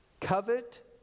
Covet